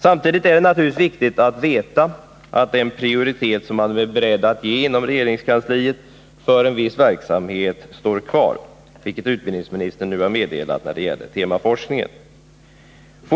Samtidigt är det självfallet viktigt att veta att den prioritet man inom regeringskansliet är beredd att ge en viss verksamhet står kvar, vilket utbildningsministern nu har meddelat när det gäller temaforskningen.